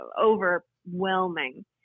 overwhelming